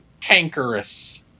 Tankerous